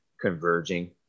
converging